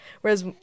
Whereas